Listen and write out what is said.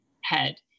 head